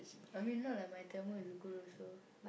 I mean not like my Tamil is good also